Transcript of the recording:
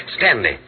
Stanley